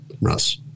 Russ